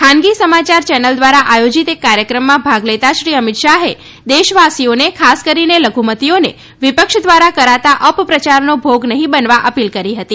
ખાનગી સમાચાર ચેનલ દ્વારા આયોજીત એક કાર્યક્રમમાં ભાગ લેતા શ્રી અમિત શાહે દેશવાસીઓને ખાસ કરીને લધુમતીઓને વિપક્ષ દ્વારા કરાતાં અપપ્રચારનો ભોગ નહીં બનવા અપીલ કરાઈ હતી